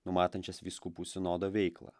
numatančias vyskupų sinodo veiklą